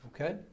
okay